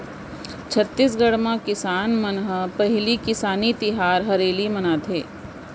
छत्तीसगढ़ म किसान मन ह पहिली किसानी तिहार हरेली मनाथे